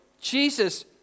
Jesus